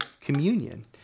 communion